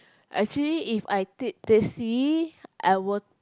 actually If I take taxi I will